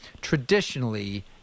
traditionally